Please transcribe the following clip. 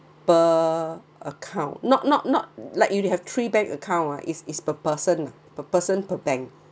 per account not not not like you did have three bank account ha is is per person per person per bank